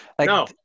No